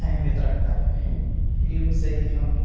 اہمیت رکھتا ہے علم سے ہی ہم